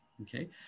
Okay